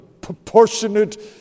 proportionate